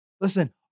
Listen